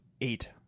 Eight